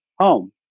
home